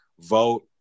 vote